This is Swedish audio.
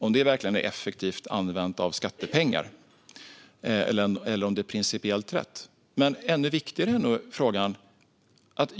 Är det verkligen ett effektivt användande av skattepengar? Är det principiellt rätt?